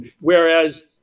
Whereas